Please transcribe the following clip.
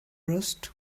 roost